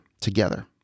together